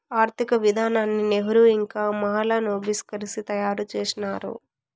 ఆర్థిక విధానాన్ని నెహ్రూ ఇంకా మహాలనోబిస్ కలిసి తయారు చేసినారు